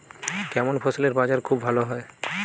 কেমন ফসলের বাজার খুব ভালো হয়?